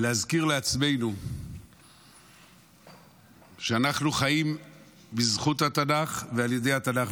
ולהזכיר לעצמנו שאנחנו חיים בזכות התנ"ך ועל ידי התנ"ך.